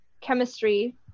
chemistry